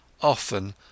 often